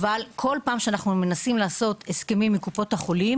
אבל כל פעם שאנחנו מנסים לעשות הסכמים עם קופות החולים